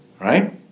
Right